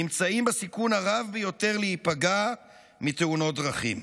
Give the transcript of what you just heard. נמצאים בסיכון הרב ביותר להיפגע מתאונות דרכים.